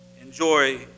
enjoy